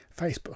facebook